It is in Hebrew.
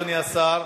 אדוני השר.